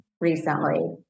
recently